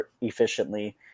efficiently